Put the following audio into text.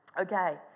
Okay